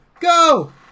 Go